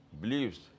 believes